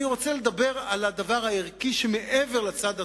אני רוצה לדבר על הדבר הערכי שמעבר לצד התורני.